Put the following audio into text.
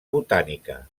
botànica